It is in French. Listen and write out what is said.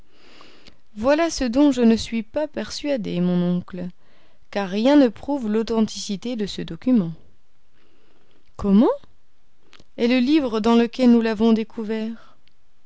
voilà ce dont je ne suis pas persuadé mon oncle car rien ne prouve l'authenticité de ce document comment et le livre dans lequel nous l'avons découvert